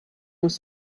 was